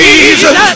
Jesus